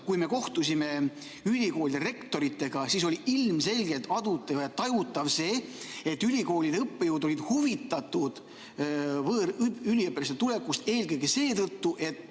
kui me kohtusime ülikoolide rektoritega, siis oli ilmselgelt adutav ja tajutav see, et ülikoolide õppejõud olid huvitatud võõrüliõpilaste tulekust. Seda eelkõige seetõttu, et